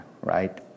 right